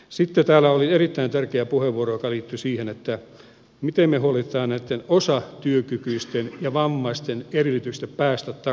sitten täällä oli erittäin tärkeä puheenvuoro joka liittyi siihen miten me huolehdimme näitten osatyökykyisten ja vammaisten edellytyksistä päästä takaisin työmarkkinoille